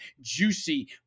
juicy